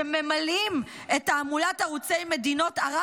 שממלאים את תעמולת ערוצי מדינות ערב